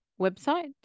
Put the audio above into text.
website